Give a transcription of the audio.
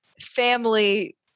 family